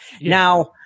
now